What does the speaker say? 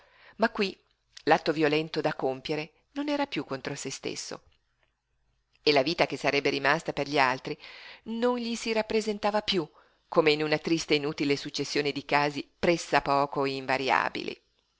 ma qui l'atto violento da compiere non era piú contro se stesso e la vita che sarebbe rimasta per gli altri non gli si rappresentava piú come in una triste inutile successione di casi press'a poco invariabili